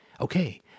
Okay